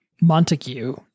Montague